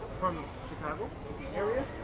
from the chicago area?